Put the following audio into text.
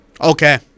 Okay